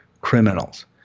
criminals